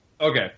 Okay